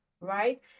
right